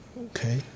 Okay